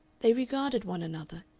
they regarded one another,